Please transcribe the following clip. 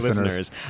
Listeners